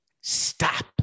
stop